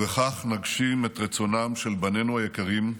ובכך נגשים את רצונם של בנינו היקרים,